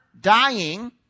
dying